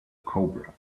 cobra